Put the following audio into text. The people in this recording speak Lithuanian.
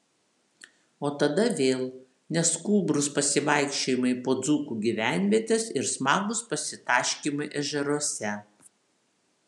o tada vėl neskubrūs pasivaikščiojimai po dzūkų gyvenvietes ir smagūs pasitaškymai ežeruose